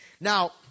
Now